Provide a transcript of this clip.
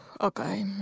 Okay